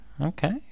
okay